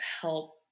help